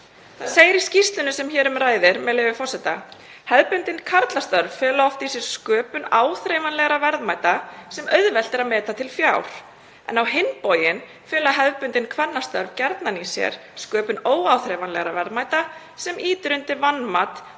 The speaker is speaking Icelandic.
segir í skýrslunni sem hér um ræðir, með leyfi forseta: „Hefðbundin karlastörf fela oft í sér sköpun áþreifanlegra verðmæta sem auðvelt er að meta til fjár en á hinn bóginn fela hefðbundin kvennastörf gjarnan í sér sköpun óáþreifanlegra verðmæta sem ýtir undir vanmat